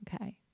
Okay